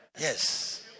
Yes